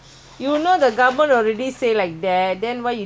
they already announce what no gathering